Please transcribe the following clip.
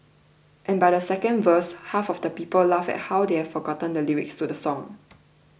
and by the second verse half the people laughed at how they have forgotten the lyrics to the song